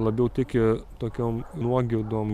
labiau tiki tokiom nuogirdom